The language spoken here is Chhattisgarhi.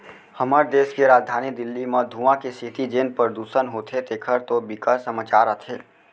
हमर देस के राजधानी दिल्ली म धुंआ के सेती जेन परदूसन होथे तेखर तो बिकट समाचार आथे